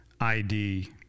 ID